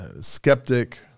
skeptic